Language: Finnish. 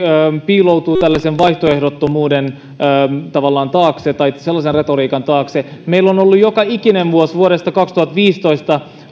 piiloutuu tavallaan tällaisen vaihtoehdottomuuden tai sellaisen retoriikan taakse meillä on ollut joka ikinen vuosi vuodesta kaksituhattaviisitoista